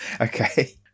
okay